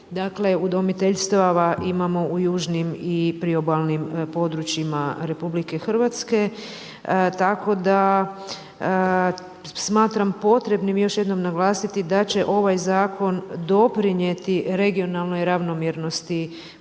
dakle, udomiteljstava imamo u južnim i priobalnim područjima RH, tako da smatram potrebnim još jednom naglasiti da će ovaj zakon doprinijeti regionalnoj ravnomjernosti,